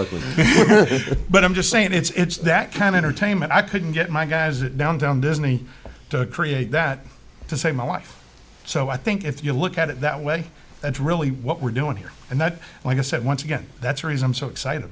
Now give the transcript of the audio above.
like that but i'm just saying it's that kind entertainment i couldn't get my guys downtown disney to create that to save my life so i think if you look at it that way and really what we're doing here and that like i said once again that's a reason so excited